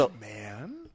Man